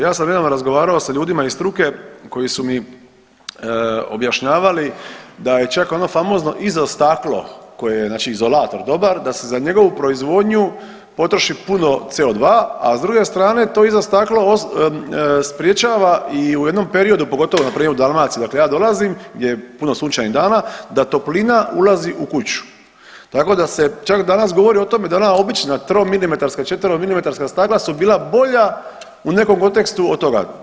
Ja sam nedavno razgovarao sa ljudima iz struke koji su mi objašnjavali da je čak ono famozno izo staklo koje je znači izolator dobar da se za njegovu proizvodnju potroši puno CO2, a s druge strane to izo staklo sprječava i u jednom periodu, pogotovo na … [[Govornik se ne razumije]] odakle ja dolazim gdje je puno sunčanih dana da toplina ulazi u kuću, tako da se čak danas govori o tome da ona obična tromilimetarska, četveromilimetarska stakla su bila bolja u nekom kontekstu od toga.